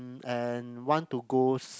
and want to go s~